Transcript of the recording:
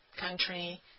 country